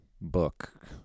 book